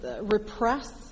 repress